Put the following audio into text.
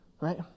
Right